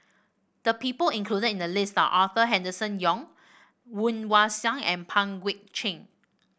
the people included in the list Arthur Henderson Young Woon Wah Siang and Pang Guek Cheng